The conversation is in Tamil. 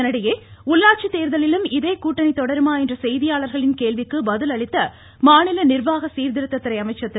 இதனிடையே உள்ளாட்சி தேர்தலிலும் இதே கூட்டணி தொடருமான என்ற செய்தியாளர்களின் கேள்விக்கு பதில் அளித்த மாநில நிர்வாக சீர்திருத்த துறை அமைச்சர் திரு